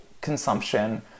consumption